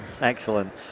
Excellent